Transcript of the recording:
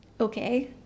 Okay